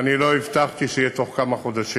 ואני לא הבטחתי שזה יהיה בתוך כמה חודשים.